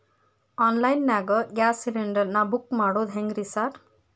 Online ನಾಗ gas cylinder ನಾ book ಮಾಡೋದ್ ಹೆಂಗ್ರಿ ಸಾರ್?